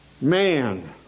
man